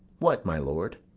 what, my lord?